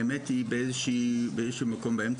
האמת היא באיזשהו אמצע,